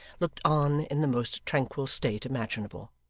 looked on in the most tranquil state imaginable.